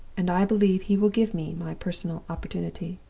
and i believe he will give me my personal opportunity.